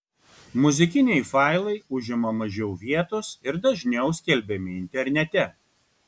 muzikiniai failai užima mažiau vietos ir dažniau skelbiami internete